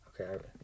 okay